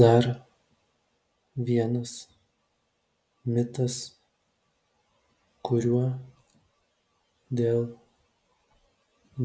dar vienas mitas kuriuo dėl